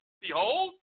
Behold